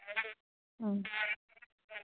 ꯎꯝ